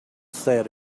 said